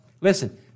Listen